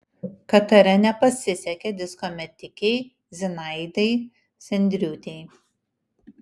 katare nepasisekė disko metikei zinaidai sendriūtei